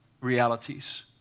realities